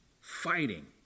Fighting